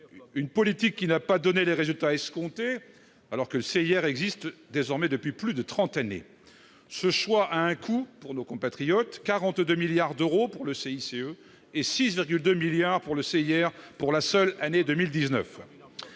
une politique qui n'a pas donné les résultats escomptés, alors que hier existent désormais depuis plus de 30 années, ce choix a un coût pour nos compatriotes 42 milliards d'euros pour le CICE et 6,2 milliards pour le hier, pour la seule année 2019,